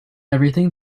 everything